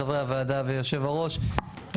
חברי הוועדה ויושב הראש,